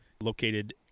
located